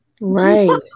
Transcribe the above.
right